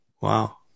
Wow